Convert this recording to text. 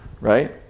Right